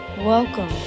Welcome